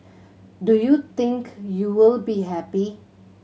do you think you will be happy